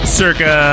circa